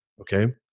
okay